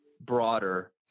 broader